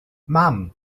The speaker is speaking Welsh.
mam